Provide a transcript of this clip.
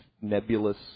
nebulous